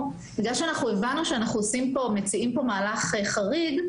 בגלל שהבנו שאנחנו מציעים מהלך חריג,